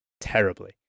terribly